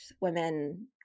women